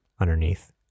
underneath